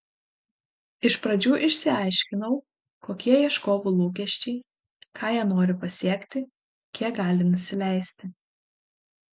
iš pradžių išsiaiškinau kokie ieškovų lūkesčiai ką jie nori pasiekti kiek gali nusileisti